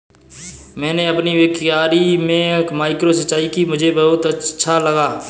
मैंने अपनी क्यारी में माइक्रो सिंचाई की मुझे बहुत अच्छा लगा